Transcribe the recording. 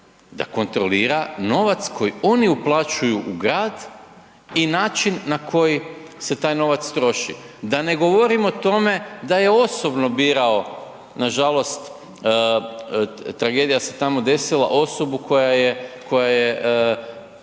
da kontrolira novac koji oni uplaćuju u grad i način na koji se taj novac troši. Da ne govorim o tome da je osobno birao nažalost, tragedija se tamo desila, osobu koja je